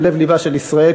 בלב-לבה של ישראל,